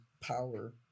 power